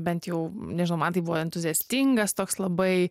bent jau nežinau man tai buvo entuziastingas toks labai